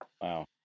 Wow